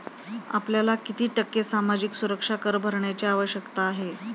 आपल्याला किती टक्के सामाजिक सुरक्षा कर भरण्याची आवश्यकता आहे?